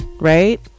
right